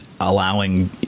allowing